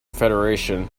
federation